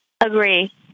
Agree